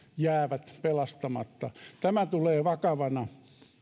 jäävät pelastamatta tämä tulee vakavana